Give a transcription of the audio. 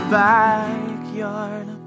backyard